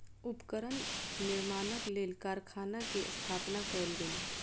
उपकरण निर्माणक लेल कारखाना के स्थापना कयल गेल